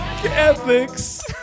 Ethics